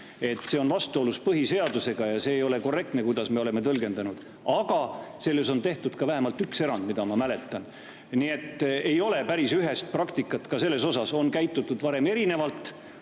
See on vastuolus põhiseadusega ja see ei ole korrektne, kuidas me oleme seda tõlgendanud. Aga on tehtud vähemalt üks erand, mida ma mäletan. Nii et ei ole päris ühest praktikat, ka selles asjas on käitutud varem erinevalt,